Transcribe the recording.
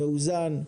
מאוזן.